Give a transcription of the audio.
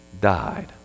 died